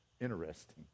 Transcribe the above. interesting